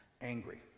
angry